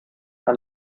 ein